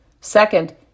Second